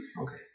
Okay